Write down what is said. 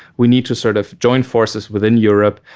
we need to sort of join forces within europe,